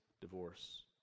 divorce